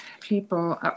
people